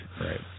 right